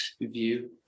view